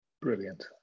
Brilliant